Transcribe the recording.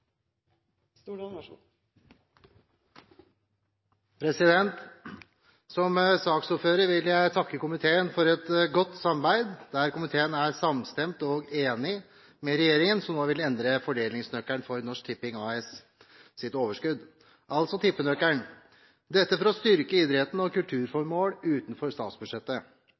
vedtatt. Som saksordfører vil jeg takke komiteen for et godt samarbeid, der komiteen er samstemt og enig med regjeringen, som nå vil endre fordelingsnøkkelen for Norsk Tipping AS’ overskudd, altså tippenøkkelen – dette for å styrke idretten og kulturformål utenfor statsbudsjettet. I dag går 56 pst. av